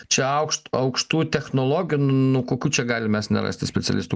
čia aukšt aukštų technologijų n nu kokių čia galim mes nerasti specialistų